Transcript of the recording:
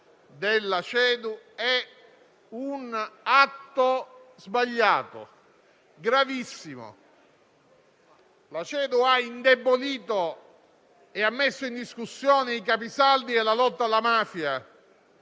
CEDU è un atto sbagliato e gravissimo. La CEDU ha indebolito e ha messo in discussione i capisaldi della lotta alla mafia;